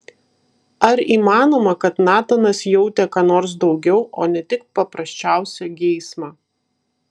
ar įmanoma kad natanas jautė ką nors daugiau o ne tik paprasčiausią geismą